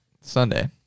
Sunday